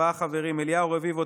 ארבעה חברים: אליהו רביבו,